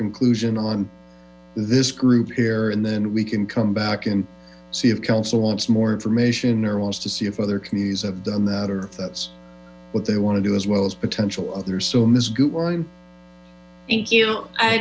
conclusion on this group here and then we can come back and see if council wants more information or wants to see if other committees have done that or if that's what they want to do as well as potential other